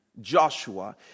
Joshua